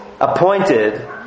appointed